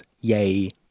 Yay